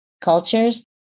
cultures